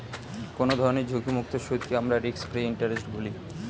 কোনো ধরনের ঝুঁকিমুক্ত সুদকে আমরা রিস্ক ফ্রি ইন্টারেস্ট বলি